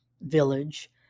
village